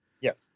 Yes